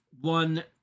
one